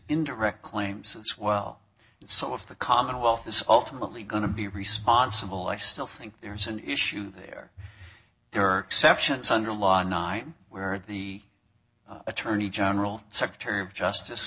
indirect claims as well so if the commonwealth is ultimately going to be responsible i still think there's an issue there there are exceptions under law at night where the attorney general secretary of justice